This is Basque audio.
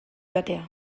joatea